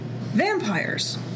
vampires